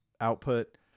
output